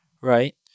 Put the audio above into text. right